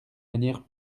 manière